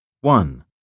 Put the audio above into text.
One